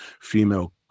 female